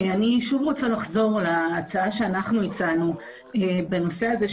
אני שוב רוצה לחזור להצעה שאנחנו הצענו בנושא הזה,